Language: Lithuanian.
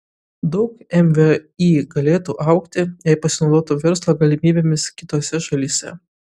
daug mvį galėtų augti jei pasinaudotų verslo galimybėmis kitose šalyse